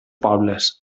pobles